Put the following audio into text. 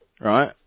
right